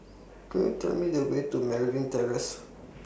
Could YOU Tell Me The Way to Merryn Terrace